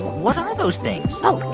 what are those things? oh.